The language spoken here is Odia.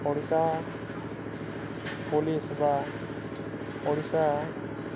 ଓଡ଼ିଶା ପୋଲିସ ବା ଓଡ଼ିଶା